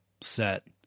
set